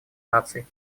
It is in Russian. наций